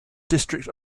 district